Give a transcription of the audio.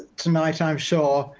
tonight, i'm sure,